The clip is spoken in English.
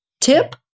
Tip